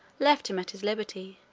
left him at his liberty,